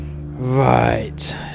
right